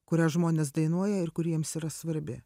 kurią žmonės dainuoja ir kuri jiems yra svarbi